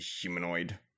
humanoid